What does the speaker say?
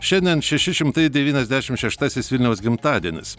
šiandien šeši šimtai devyniasdešim šeštasis vilniaus gimtadienis